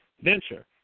venture